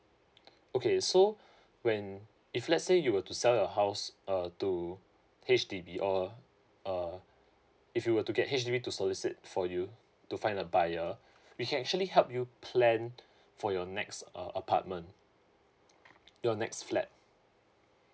okay so when if let's say you were to sell your house uh to H_D_B or uh if you were to get H_D_B to solicit for you to find a buyer we can actually help you plan for your next uh apartment your next flat